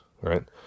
right